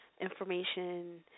Information